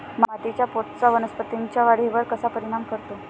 मातीच्या पोतचा वनस्पतींच्या वाढीवर कसा परिणाम करतो?